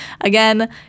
again